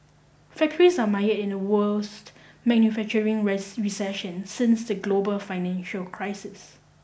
factories are mired in the worst manufacturing recession since the global financial crisis